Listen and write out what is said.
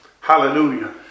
Hallelujah